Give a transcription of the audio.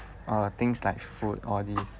uh things like food all these